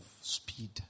speed